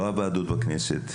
לא הוועדות בכנסת,